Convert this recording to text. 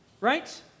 right